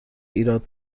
ایراد